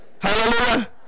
Hallelujah